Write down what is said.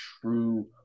true